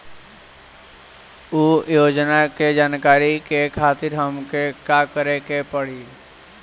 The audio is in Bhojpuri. उ योजना के जानकारी के खातिर हमके का करे के पड़ी?